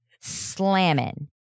slamming